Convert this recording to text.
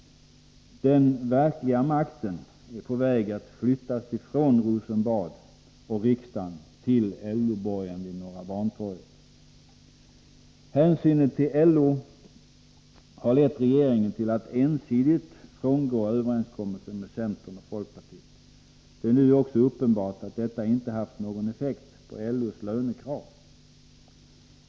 Den verkliga makten är på väg att flyttas ffrån Rosenbad och riksdagen till LO-borgen vid Norra Bantorget. Hänsynen till LO har lett regeringen till att ensidigt frångå överenskommelsen med centern och folkpartiet. Det är nu också uppenbart att detta inte har haft någon effekt på LO:s lönekrav.